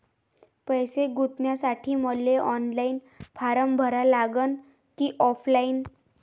पैसे गुंतन्यासाठी मले ऑनलाईन फारम भरा लागन की ऑफलाईन?